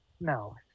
no